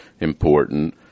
important